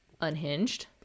Unhinged